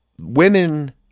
women